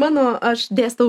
mano aš dėstau